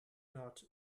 not